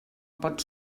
pot